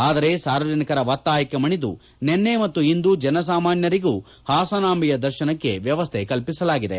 ಆದರೆ ಸಾರ್ವಜನಿಕರ ಒತ್ತಾಯಕ್ಕೆ ಮಣಿದು ನಿನ್ನೆ ಮತ್ತು ಇಂದು ಜನಸಾಮಾನ್ತರಿಗೂ ಹಾಸನಾಂಬೆಯ ದರ್ಶನಕ್ಕೆ ವ್ಯವಸ್ಥ ಕಲ್ಪಿಸಲಾಗಿದೆ